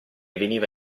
veniva